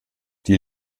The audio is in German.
die